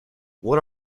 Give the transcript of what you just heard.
what